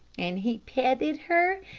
and he petted her,